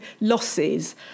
losses